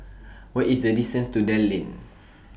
What IS The distance to Dell Lane